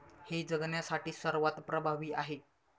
हे जगण्यासाठी सर्वात प्रभावी आहे